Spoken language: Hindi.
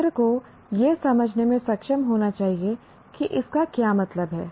छात्र को यह समझने में सक्षम होना चाहिए कि इसका क्या मतलब है